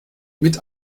mit